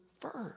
first